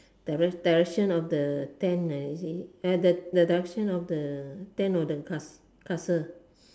direction of the tent the direction of the tent or the castle